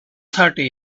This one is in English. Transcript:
thirty